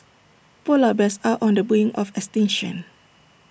Polar Bears are on the brink of extinction